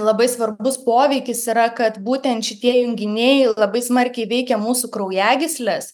labai svarbus poveikis yra kad būtent šitie junginiai labai smarkiai veikia mūsų kraujagysles